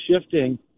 shifting